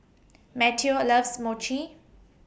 Matteo loves Mochi